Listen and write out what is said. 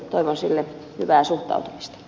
toivon sille hyvää suhtautumista